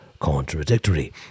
contradictory